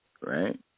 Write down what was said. right